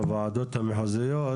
בוועדות המחוזיות,